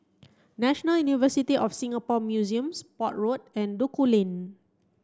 National University of Singapore Museums Port Road and Duku Lane